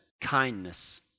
Kindness